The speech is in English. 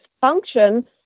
function